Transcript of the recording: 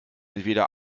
entweder